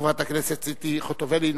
חברת הכנסת ציפי חוטובלי.